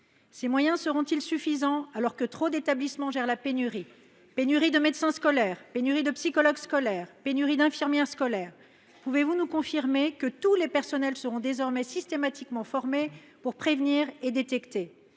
Ces moyens seront ils suffisants ? En effet, trop d’établissements gèrent la pénurie : celle des médecins, des psychologues, des infirmières scolaires. Pouvez vous nous confirmer que tous les personnels scolaires seront désormais systématiquement formés pour prévenir et détecter